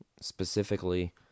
specifically